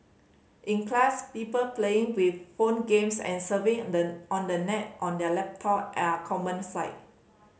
in class people playing with phone games and serving the on the net on their laptop are a common sight